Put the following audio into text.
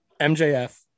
MJF